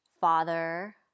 father